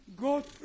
God